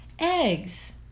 eggs